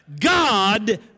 God